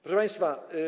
Proszę Państwa!